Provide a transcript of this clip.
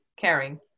caring